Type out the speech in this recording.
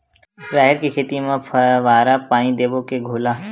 राहेर के खेती म फवारा पानी देबो के घोला?